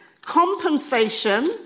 compensation